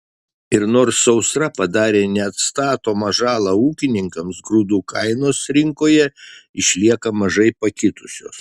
ir nors sausra padarė neatstatomą žalą ūkininkams grūdų kainos rinkoje išlieka mažai pakitusios